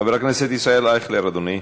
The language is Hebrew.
חבר הכנסת ישראל אייכלר, אדוני.